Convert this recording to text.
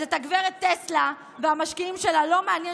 אז את הגב' טסלה והמשקיעים שלה לא מעניין